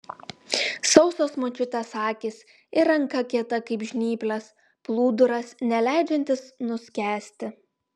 sausos močiutės akys ir ranka kieta kaip žnyplės plūduras neleidžiantis nuskęsti